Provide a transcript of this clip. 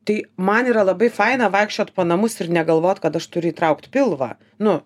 tai man yra labai faina vaikščiot po namus ir negalvot kad aš turiu įtraukt pilvą nu